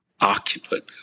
occupant